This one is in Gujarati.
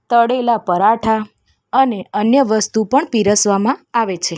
તળેલાં પરાઠાં અને અન્ય વસ્તુ પણ પીરસવામાં આવે છે